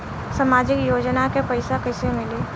सामाजिक योजना के पैसा कइसे मिली?